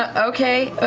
ah okay.